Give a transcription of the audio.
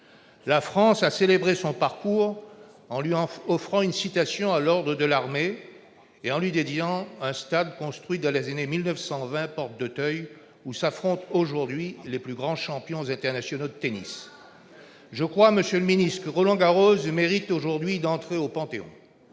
La France a célébré son parcours en lui décernant une citation à l'ordre de l'armée et en donnant son nom à un stade construit dans les années vingt, porte d'Auteuil, où s'affrontent aujourd'hui les plus grands champions internationaux de tennis. Je crois, monsieur le ministre, que Roland Garros mérite aujourd'hui d'entrer au Panthéon.